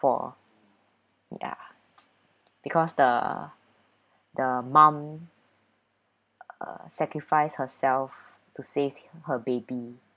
for ya because the the mom uh sacrifice herself to save her baby